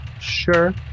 Sure